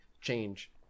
change